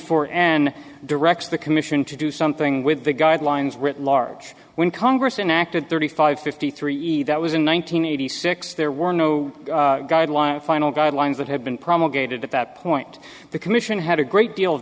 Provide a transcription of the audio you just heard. four and directs the commission to do something with the guidelines written large when congress enacted thirty five fifty three that was in one nine hundred eighty six there were no guidelines final guidelines that had been promulgated at that point the commission had a great deal of